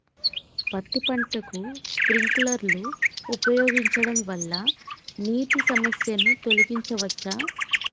పత్తి పంటకు స్ప్రింక్లర్లు ఉపయోగించడం వల్ల నీటి సమస్యను తొలగించవచ్చా?